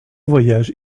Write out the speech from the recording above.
voyage